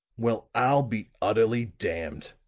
well, i'll be utterly damned!